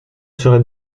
serait